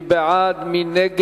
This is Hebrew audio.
ההצעה להעביר